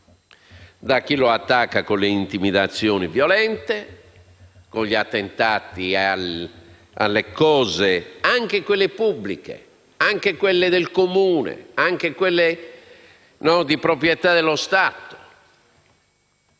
da chi lo attacca con le intimidazioni violente e con gli attentati alle cose, anche pubbliche, anche del Comune, anche di proprietà dello Stato,